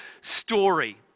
story